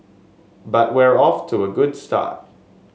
but we're off to a good start